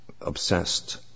obsessed